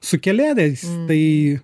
sukėlėjais tai